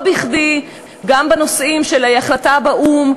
לא בכדי גם בנושאים של החלטה באו"ם,